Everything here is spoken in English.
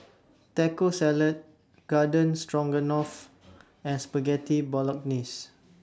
Taco Salad Garden Stroganoff and Spaghetti Bolognese